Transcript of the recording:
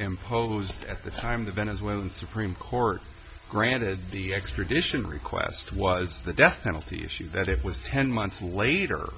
imposed at the time the venezuelan supreme court granted the extradition request was the death penalty issue that it was ten months later